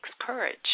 courage